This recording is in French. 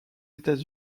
états